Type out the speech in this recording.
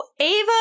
Ava